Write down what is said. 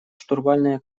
штурвальное